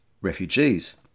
refugees